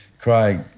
Craig